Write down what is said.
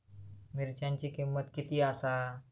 मिरच्यांची किंमत किती आसा?